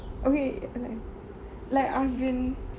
okay like like I've been